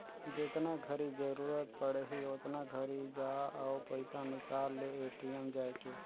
जेतना घरी जरूरत पड़ही ओतना घरी जा अउ पइसा निकाल ले ए.टी.एम जायके